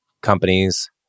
companies